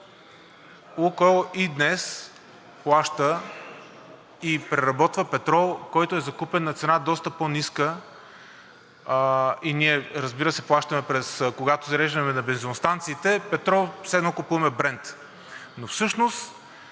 „Лукойл“ и днес плаща и преработва петрол, закупен на цена, доста по-ниска, и ние, разбира се, плащаме, когато зареждаме на бензиностанциите петрол, все едно купуваме брент, но всъщност